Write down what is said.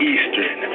Eastern